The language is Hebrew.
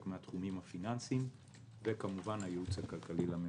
מהתחומים הפיננסיים וכמובן הייעוץ הכלכלי לממשלה.